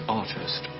artist